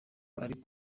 ari